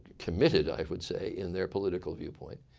committed i would say in their political viewpoint.